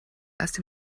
erst